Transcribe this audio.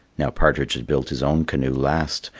now, partridge had built his own canoe last,